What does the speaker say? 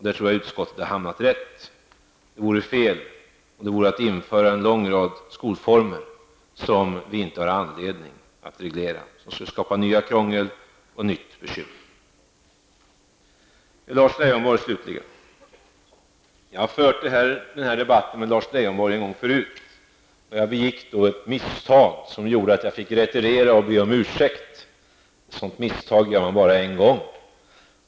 Där tror jag att utskottet har hamnat rätt. Det vore fel, det vore att inrätta en lång rad skolformer som vi inte har anledning att reglera. Det skulle skapa nytt krångel och nya bekymmer. Slutligen vänder jag mig till Lars Leijonborg. Jag har fört den här debatten med Lars Leijonborg en gång förut. Jag begick då ett misstag som gjorde att jag fick retirera och be om ursäkt. Ett sådant misstag gör man bara en gång.